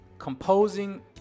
composing